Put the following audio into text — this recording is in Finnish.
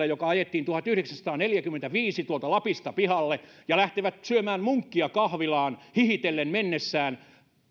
joka ajettiin tuhatyhdeksänsataaneljäkymmentäviisi tuolta lapista pihalle ja lähtevät syömään munkkia kahvilaan hihitellen mennessään